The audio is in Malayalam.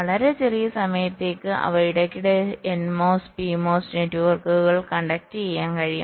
വളരെ ചെറിയ സമയത്തേക്ക് അവ ഇടയ്ക്കിടെ NMOS PMOS നെറ്റ്വർക്കുകൾ കണ്ടക്റ്റിംഗ് ചെയ്യാൻ കഴിയും